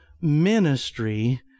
ministry